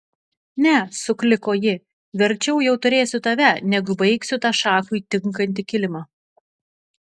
ne sukliko ji verčiau jau turėsiu tave negu baigsiu tą šachui tinkantį kilimą